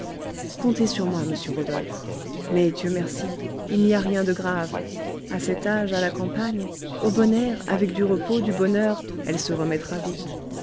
comptez sur moi monsieur rodolphe mais dieu merci il n'y a rien de grave à cet âge à la campagne au bon air avec du repos du bonheur elle se remettra vite